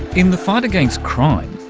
in the fight against crime,